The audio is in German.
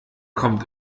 kommt